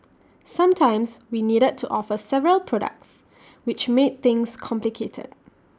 sometimes we needed to offer several products which made things complicated